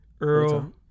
Earl